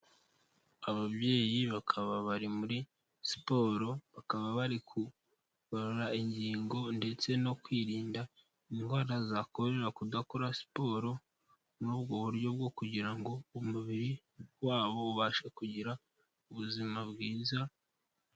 Ababyeyi bakaba bari muri siporo bakaba bari kugorora ingingo ndetse no kwirinda indwara zakorera kudakora siporo muri ubwo buryo bwo kugira ngo umubiri wabo ubashe kugira ubuzima bwiza.